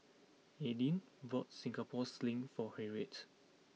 Aidyn bought Singapore Sling for Harriett